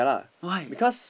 why